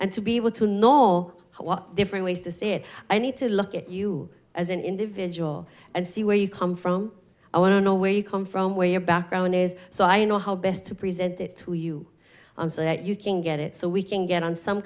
and to be able to know what different ways to say it i need to look at you as an individual and see where you come from i want to know where you come from where your background is so i know how best to present it to you so that you can get it so we can get on some